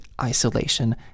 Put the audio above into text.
Isolation